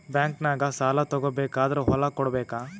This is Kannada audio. ಬ್ಯಾಂಕ್ನಾಗ ಸಾಲ ತಗೋ ಬೇಕಾದ್ರ್ ಹೊಲ ಕೊಡಬೇಕಾ?